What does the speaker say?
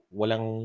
walang